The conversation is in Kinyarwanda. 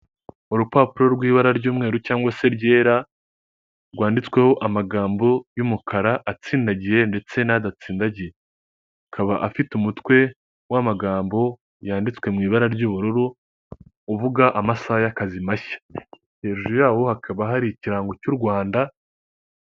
Urupapuro rw'ibara ry'umweru cyangwa se ryera rwanditsweho amagambo y'umukara atsindagiye ndetse n'adatsindagiye, akaba afite umutwe w'amagambo yanditswe mu ibara ry'ubururu, uvuga amasaha y'akazi mashya, hejuru yawo hakaba hari ikirango cy'u Rwanda.